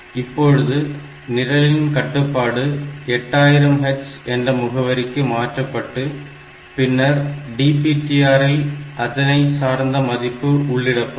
இப்பொழுது நிரலின் கட்டுப்பாடு 8000 H என்ற முகவரிக்கு மாற்றப்பட்டு பின்னர் DPTR இல் அதனைச் சார்ந்த மதிப்பு உள்ளிடப்படும்